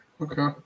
Okay